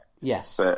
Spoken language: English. Yes